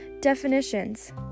definitions